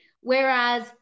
whereas